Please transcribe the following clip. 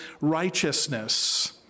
righteousness